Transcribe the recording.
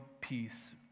peace